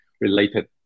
related